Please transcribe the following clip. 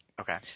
Okay